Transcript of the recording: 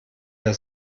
der